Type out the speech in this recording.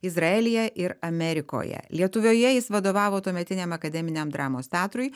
izraelyje ir amerikoje lietuvoje jis vadovavo tuometiniam akademiniam dramos teatrui